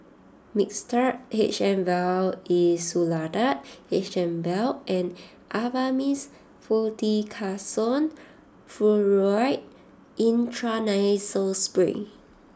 Mixtard H M Vial Insulatard H M Vial and Avamys Fluticasone Furoate Intranasal Spray